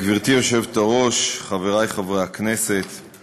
גברתי היושבת-ראש, חברי חברי הכנסת,